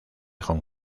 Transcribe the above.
hong